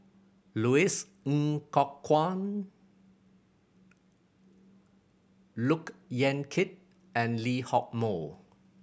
Louis Ng Kok Kwang Look Yan Kit and Lee Hock Moh